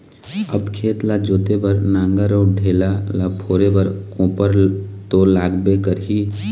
अब खेत ल जोते बर नांगर अउ ढेला ल फोरे बर कोपर तो लागबे करही